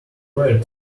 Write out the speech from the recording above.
weird